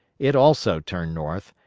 it also turned north,